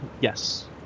Yes